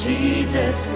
Jesus